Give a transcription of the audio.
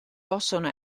possono